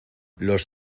los